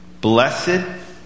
Blessed